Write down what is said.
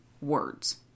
words